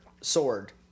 sword